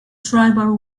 tribal